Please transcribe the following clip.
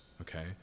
okay